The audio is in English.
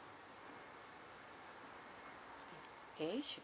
okay sure